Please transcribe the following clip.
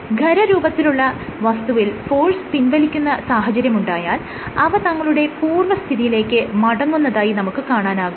ഖരരൂപത്തിലുള്ള വസ്തുവിൽ ഫോഴ്സ് പിൻവലിക്കുന്ന സാഹചര്യമുണ്ടായാൽ അവ തങ്ങളുടെ പൂർവ്വസ്ഥിതിയിലേക്ക് മടങ്ങുന്നതായി നമുക്ക് കാണാനാകും